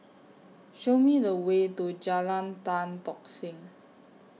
Show Me The Way to Jalan Tan Tock Seng